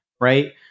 right